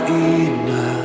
enough